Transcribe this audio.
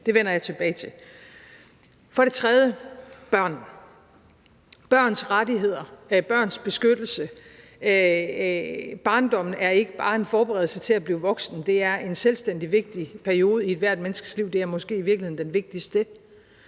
Det vender jeg tilbage til. For det tredje: børn, børns rettigheder, børns beskyttelse. Barndommen er ikke bare en forberedelse til at blive voksen. Det er en selvstændig vigtig periode i ethvert menneskes liv. Den er måske i virkeligheden den vigtigste,